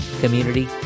community